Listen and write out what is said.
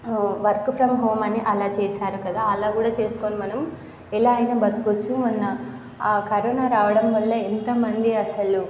work from home అని అలా చేశారు కదా అలా కూడా చేసుకోని మనం ఎలా అయినా బతుకవచ్చు మొన్న ఆ కరోనా రావడం వల్ల ఎంతమంది అసలు